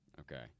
Okay